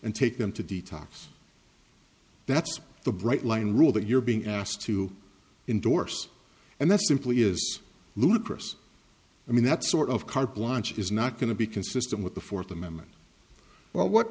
and take them to detox that's the bright line rule that you're being asked to endorse and that simply is ludicrous i mean that sort of carte blanche is not going to be consistent with the fourth amendment well what